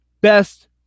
best